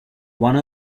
one